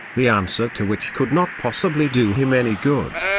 the answer to which could not possibly do him any good.